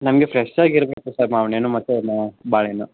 ನಮಗೆ ಫ್ರೆಶ್ಶಾಗಿ ಇರಬೇಕು ಸರ್ ಮಾವ್ನ ಹಣ್ಣು ಮತ್ತು ಮಾ ಬಾಳೆಹಣ್ಣು